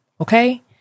Okay